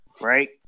right